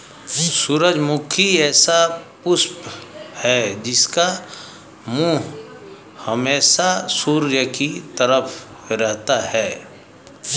सूरजमुखी ऐसा पुष्प है जिसका मुंह हमेशा सूर्य की तरफ रहता है